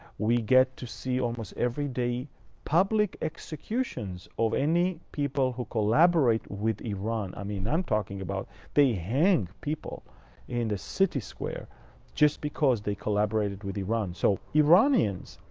we get to see almost every day public executions executions of any people who collaborate with iran. i mean, i'm talking about they hang people in the city square just because they collaborated with iran. so iranians